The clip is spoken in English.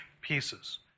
pieces